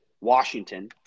Washington